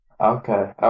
Okay